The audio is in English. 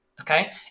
Okay